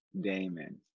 Damon